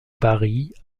paris